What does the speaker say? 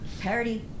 Parody